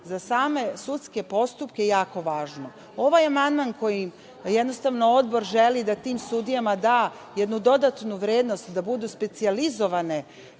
za same sudske postupke jako važno. Ovaj amandman kojim jednostavno Odbor želi da tim sudijama da jednu dodatnu vrednost, da budu specijalizovane